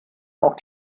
auch